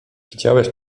widziałeś